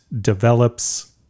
develops